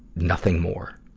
nothing more.